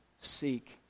seek